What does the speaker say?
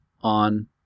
on